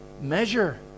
measure